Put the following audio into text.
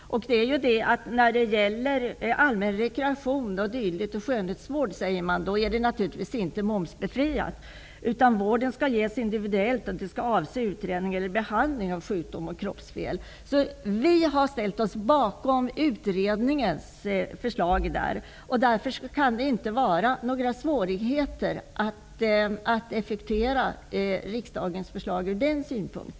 Allmän rekreation och skönhetsvård skall naturligtvis inte vara momsbefriat. Vården skall ges individuellt och skall avse utredning eller behandling av sjukdom eller kroppsfel. Riksdagen har ställt sig bakom utredningens förslag, och därför kan det inte vara några svårigheter att effektuera riksdagens beslut.